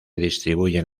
distribuyen